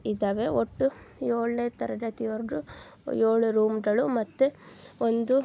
ಇದ್ದಾವೆ ಒಟ್ಟು ಏಳನೇ ತರಗತಿವರೆಗೂ ಏಳು ರೂಮ್ಗಳು ಮತ್ತು ಒಂದು